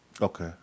Okay